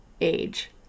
age